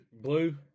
blue